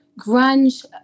grunge